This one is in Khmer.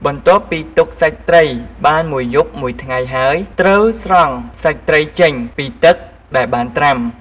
បន្ទាប់ពីទុកសាច់ត្រីបានមួយយប់មួយថ្ងៃហើយ ត្រូវស្រង់សាច់ត្រីចេញពីទឹកដែលបានត្រាំ ។